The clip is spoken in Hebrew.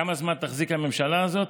כמה זמן תחזיק הממשלה הזאת?